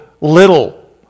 little